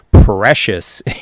precious